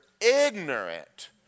ignorant